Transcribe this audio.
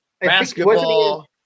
basketball